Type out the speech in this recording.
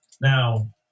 Now